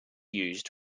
used